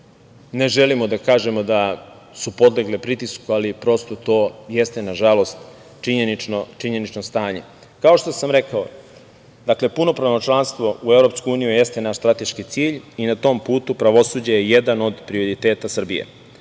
Ne želimo da kažemo da su podlegle pritisku, ali prosto to jeste na žalost činjenično stanje. Kao što sam rekao, dakle, punopravno članstvo u EU jeste naš strateški cilj i na tom putu pravosuđe je jedan od prioriteta Srbije.